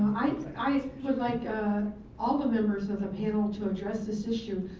i would like ah all the members of the panel to address this issue.